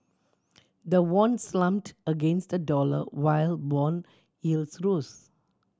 the won slumped against the dollar while bond yields rose